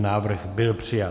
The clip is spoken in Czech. Návrh byl přijat.